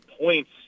points